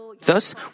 Thus